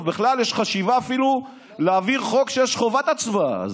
או בכלל יש חשיבה אפילו להעביר חוק שיש בו חובת הצבעה.